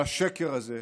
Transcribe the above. והשקר הזה,